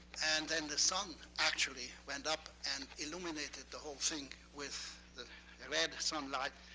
and then the sun actually went up and illuminated the whole thing with the red sunlight.